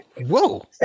whoa